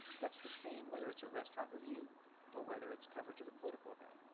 that's the same whether it's a restaurant review or whether it's coverage of a political event.